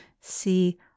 See